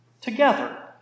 together